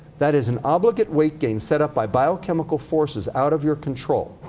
that is, an obligate weight gain set up by biochemical forces out of your control,